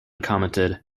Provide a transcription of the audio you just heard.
commented